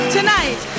Tonight